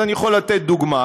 אני יכול לתת דוגמה: